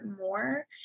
more